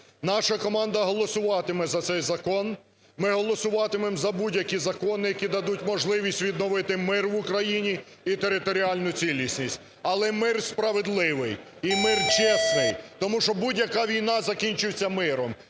наша команда голосувати за цей закон. Ми голосуватимемо за будь-які закони, які дадуть можливість відновити мир в Україні і територіальну цілісність, але мир справедливий і мир чесний. Тому що, будь-яка війна закінчується миром,